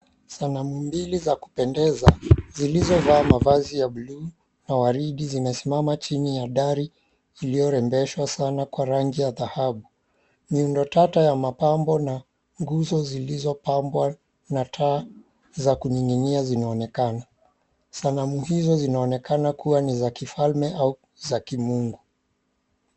Sanamu mbili za kupendeza, zilizovaa mavazi ya buluu na waridi zimesimama chini ya dari iliyorembeshwa sana kwa rangi ya dhahabu. Miundo tata ya mapambo na nguzo zilizopambwa na taa za kuning'inia zinaonekana. Sanamu hizo zinaonekana kuwa ni za kifalme au za kimungu.